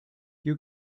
you